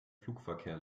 flugverkehr